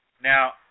Now